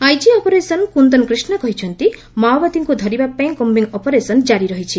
IG operation Kundan Krishna କହିଛନ୍ତି ମାଓବାଦୀଙ୍କୁ ଧରିବା ପାଇଁ କୁମ୍ବିଂ ଅପରେସନ୍ ଜାରି ରହିଛି